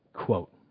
Quote